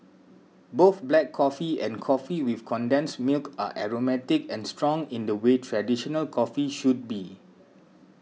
both black coffee and coffee with condensed milk are aromatic and strong in the way traditional coffee should be